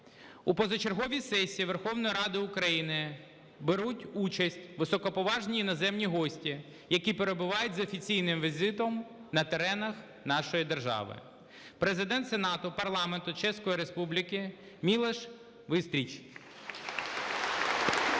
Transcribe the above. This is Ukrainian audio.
У позачерговій сесії Верховної Ради України беруть участь високоповажні іноземні гості, які перебувають з офіційним візитом на теренах нашої держави. Президент Сенату Парламенту Чеської Республіки Мілош Вистрчіл. (Оплески)